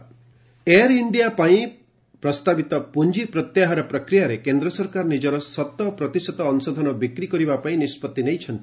ଗମେଣ୍ଟ Air India Air India ପାଇଁ ପ୍ରସ୍ତାବିତ ପୁଞ୍ଜି ପ୍ରତ୍ୟାହାର ପ୍ରକ୍ରିୟାରେ କେନ୍ଦ୍ର ସରକାର ନିଜର ଶତପ୍ରତିଶତ ଅଂଶଧନ ବିକ୍ରି କରିବା ପାଇଁ ନିଷ୍କଭି ନେଇଛନ୍ତି